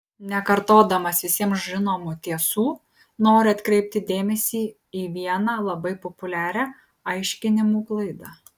nekartodamas visiems žinomų tiesų noriu atkreipti dėmesį į vieną labai populiarią aiškinimų klaidą